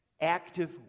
Active